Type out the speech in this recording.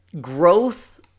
growth